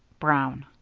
brown.